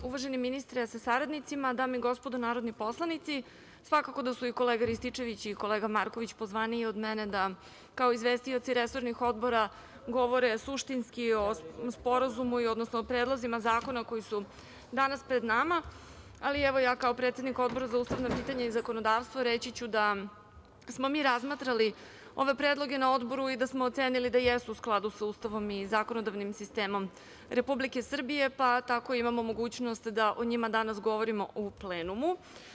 Uvaženi ministre sa saradnicima, dame i gospodo narodni poslanici, svakako da su i kolega Rističević i kolega Marković pozvaniji od mene da kao izvestioci resornih odbora govore suštinski o sporazumu, odnosno o predlozima zakona koji su danas pred nama, ali evo, ja kao predsednik Odbora za ustavna pitanja i zakonodavstvo ću reći da smo mi razmatrali ove predloge na Odboru i da smo ocenili da su u skladu sa Ustavom i zakonodavnim sistemom Republike Srbije, pa tako imamo mogućnost da o njima danas govorimo u plenumu.